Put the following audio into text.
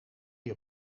die